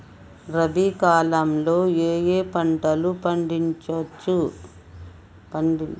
రబీ కాలంలో ఏ ఏ పంట పండించచ్చు?